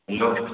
hello